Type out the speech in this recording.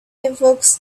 evokes